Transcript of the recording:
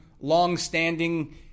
long-standing